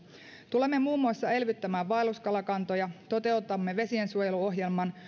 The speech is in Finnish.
tulemme muun muassa elvyttämään vaelluskalakantoja toteutamme vesiensuojeluohjelman